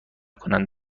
کنند